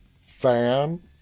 fan